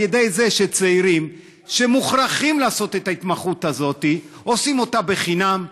על-ידי זה שצעירים שמוכרחים לעשות את ההתמחות הזאת עושים אותה חינם,